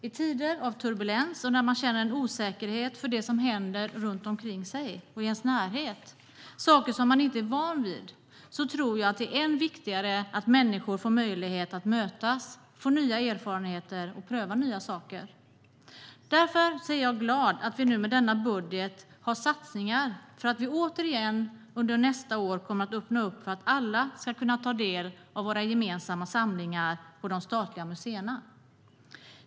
I tider av turbulens och när man känner en osäkerhet för det som händer runt omkring och i ens närhet, saker som man inte är van vid, tror jag att det är ännu viktigare att människor får möjlighet att mötas och få nya erfarenheter och pröva nya saker. Därför är jag glad att vi nu med denna budget har satsningar för att vi återigen under nästa år kommer att öppna upp för att alla ska kunna ta del av våra gemensamma samlingar på de statliga museerna.